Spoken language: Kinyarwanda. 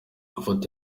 ifoto